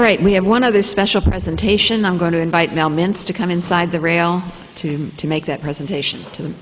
right we have one other special presentation i'm going to invite now mintz to come inside the rail team to make that presentation to